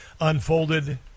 unfolded